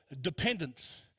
dependence